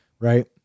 right